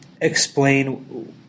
explain